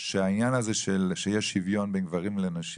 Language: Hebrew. שהעניין הזה שיהיה שוויון בין גברים לנשים